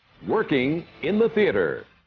working in the theatre.